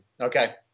Okay